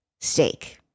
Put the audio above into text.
steak